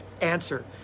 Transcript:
answer